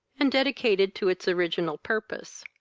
and dedicated to its original purpose.